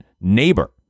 neighbor